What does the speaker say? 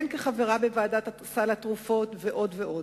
הן כחברה בוועדת סל התרופות, ועוד ועוד.